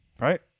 Right